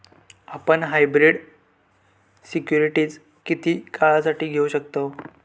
आपण hybrid securities किती काळासाठी घेऊ शकतव